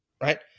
right